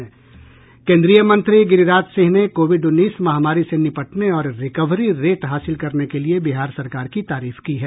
केन्द्रीय मंत्री गिरिराज सिंह ने कोविड उन्नीस महामारी से निपटने और रिकवरी रेट हासिल करने के लिए बिहार सरकार की तारीफ की है